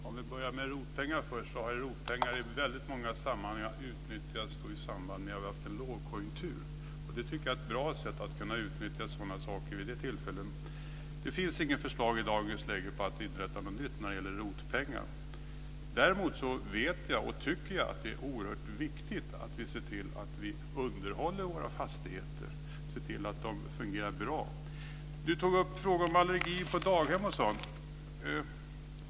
Fru talman! ROT-pengar har i väldigt många sammanhang utnyttjats i samband med lågkonjunkturer. Jag tycker att det är ett bra sätt att kunna utnyttja sådana saker vid de tillfällena. Det finns i dag inget förslag om att införa ROT pengar. Däremot tycker jag att det är oerhört viktigt att vi ser till att vi underhåller våra fastigheter så att de fungerar bra. Rigmor Stenmark tog upp frågan om allergi på daghemmen.